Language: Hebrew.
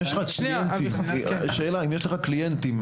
אם יש לך קליינטים,